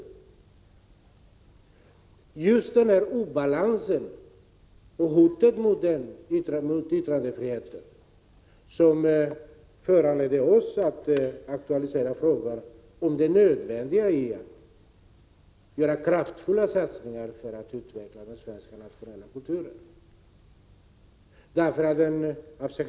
Det var just denna obalans och hotet mot yttrandefriheten som föranledde oss att aktualisera frågan om det nödvändiga i att göra kraftfulla satsningar för att utveckla den svenska nationella kulturen.